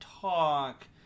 Talk